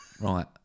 right